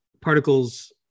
particles